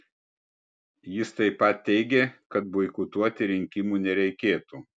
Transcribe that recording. jis taip pat teigė kad boikotuoti rinkimų nereikėtų